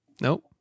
Nope